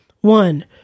One